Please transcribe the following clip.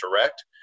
direct